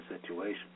situation